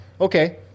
Okay